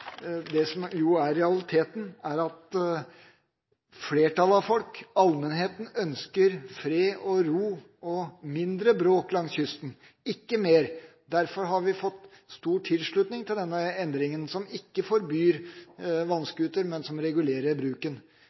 det som jo er realiteten, er at flertallet av folk, allmennheten, ønsker fred og ro og mindre bråk langs kysten – ikke mer. Derfor har vi fått stor tilslutning til denne endringen, som ikke forbyr vannscooter, men som regulerer bruken.